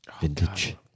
Vintage